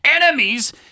enemies